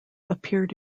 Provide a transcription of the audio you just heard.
appeared